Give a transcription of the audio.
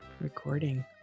Recording